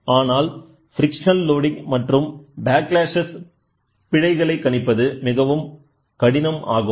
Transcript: ஆனால்ஃப்ரிக்ஷ்னல் loading மற்றும் backlash பிழைகளை கணிப்பது மிகவும் கடினம் ஆகும்